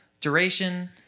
duration